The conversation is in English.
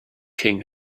king